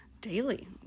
daily